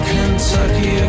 Kentucky